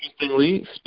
Interestingly